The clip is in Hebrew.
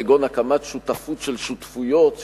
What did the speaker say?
כגון הקמת שותפות של שותפויות,